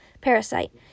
Parasite